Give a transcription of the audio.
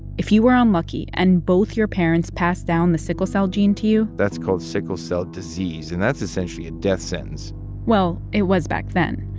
if you were unlucky and both your parents passed down the sickle cell gene to you. that's called sickle cell disease, and that's essentially a death sentence well, it was back then.